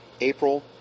April